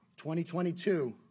2022